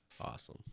awesome